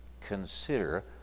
consider